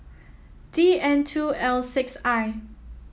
D N two L six I